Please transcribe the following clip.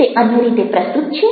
તે અન્ય રીતે પ્રસ્તુત છે